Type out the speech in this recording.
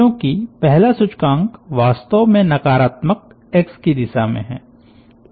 क्योंकि पहला सूचकांक वास्तव में नकारात्मक एक्स की दिशा में है